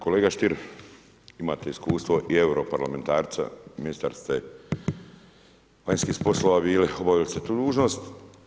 Kolega Stier, imate iskustvo i europarlamentarca, ministar ste vanjskih poslova bili, obavili ste tu dužnost.